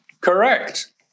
Correct